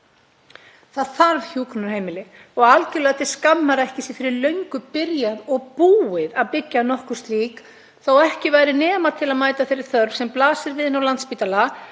Það þarf hjúkrunarheimili og algerlega til skammar að ekki sé fyrir löngu byrjað og búið að byggja nokkur slík, þó að ekki væri nema til að mæta þeirri þörf sem blasir við inni á Landspítala